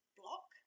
block